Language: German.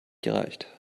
gereicht